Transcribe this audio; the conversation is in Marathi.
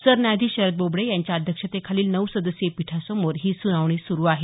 सरन्यायाधीश शरद बोबडे यांच्या अध्यक्षतेखालील नऊ सदस्यीय पीठासमोर ही सुनवाई सुरू आहे